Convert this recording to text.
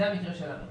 זה המקרה שלנו.